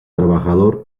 trabajador